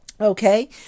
Okay